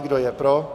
Kdo je pro?